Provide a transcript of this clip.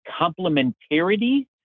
complementarity